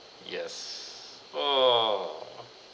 yes !wah!